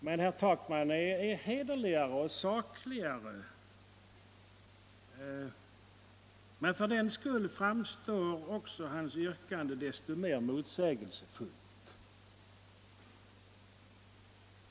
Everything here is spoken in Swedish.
Men herr Takman är hederligare och sakligare. Men just därför framstår hans yrkande som desto mer motsägelsefullt.